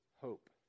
hope